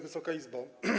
Wysoka Izbo!